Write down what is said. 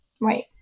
right